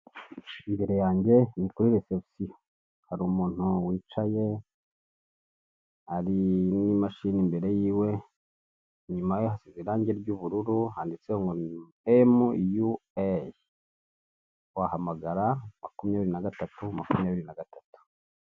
Imbere yanjye ni kuri resebusiyo hari umuntu wicaye hari n'imashini imbere yiwe inyuma ye hasize irangi ry'ubururu handitseho ngo ni emuyuweyi wahamagara makumyabiri nagatatu makumyabiri nagatatu.